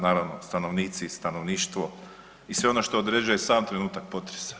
Naravno, stanovnici i stanovništvo i sve ono što određuje sam trenutak potresa.